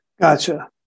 Gotcha